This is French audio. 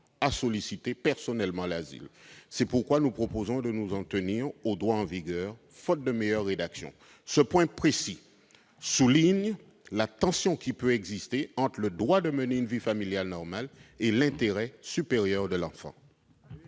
à solliciter personnellement l'asile. C'est pourquoi nous proposons de nous en tenir au droit en vigueur, faute d'une meilleure rédaction. Très bien ! Ce point précis souligne la tension qui peut exister entre le droit de mener une vie familiale normale et l'intérêt supérieur de l'enfant.